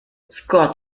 scott